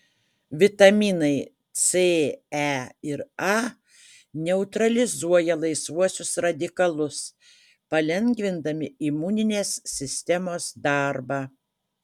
vitaminai c e ir a neutralizuoja laisvuosius radikalus palengvindami imuninės sistemos darbą